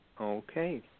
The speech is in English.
Okay